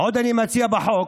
עוד אני מציע בחוק